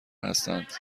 هستند